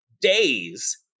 days